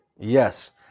Yes